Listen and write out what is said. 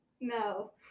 No